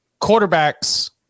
quarterbacks